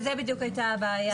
זו בדיוק הייתה הבעיה.